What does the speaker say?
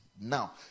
now